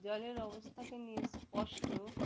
জলের অবস্থাকে নিয়ে স্পষ্ট